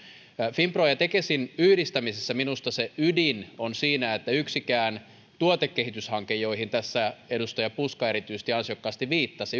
finpron ja tekesin yhdistämisessä minusta se ydin on siinä että yksikään tuotekehityshanke joihin tässä edustaja puska erityisesti ansiokkaasti viittasi